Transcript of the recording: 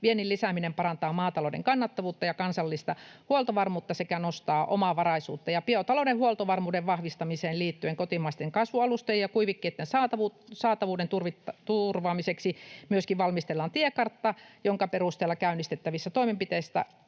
Viennin lisääminen parantaa maatalouden kannattavuutta ja kansallista huoltovarmuutta sekä nostaa omavaraisuutta. Biotalouden huoltovarmuuden vahvistamiseen liittyen kotimaisten kasvualustojen ja kuivikkeitten saatavuuden turvaamiseksi myöskin valmistellaan tiekartta, jonka perusteella käynnistettävistä toimenpiteistä